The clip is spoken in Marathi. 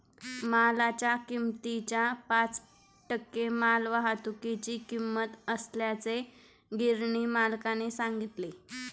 मालाच्या किमतीच्या पाच टक्के मालवाहतुकीची किंमत असल्याचे गिरणी मालकाने सांगितले